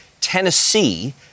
Tennessee